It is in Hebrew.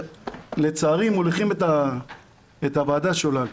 שלצערי מוליכים את הוועדה שולל.